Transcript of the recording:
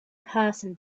person